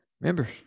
members